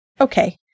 okay